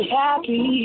happy